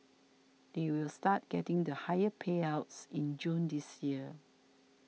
they will start getting the higher payouts in June this year